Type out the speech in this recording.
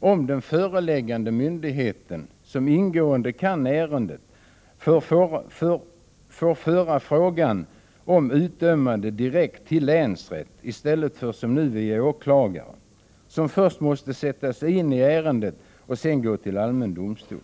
om den föreläggande myndigheten, som ingående kan ärendet, får föra frågan om utdömande direkt till länsrätt i stället för som nu via åklagare, som först måste sätta sig in i ärendet och sedan gå till allmän domstol.